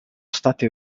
state